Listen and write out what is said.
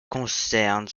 concerne